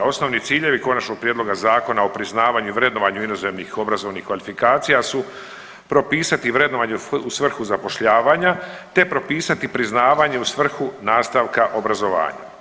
Osnovni ciljevi Konačnog prijedloga zakona o priznavanju i vrednovanju inozemnih obrazovnih kvalifikacija su propisati vrednovanje u svrhu zapošljavanja, te propisati priznavanje u svrhu nastavka obrazovanja.